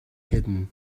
hidden